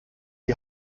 die